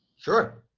sure.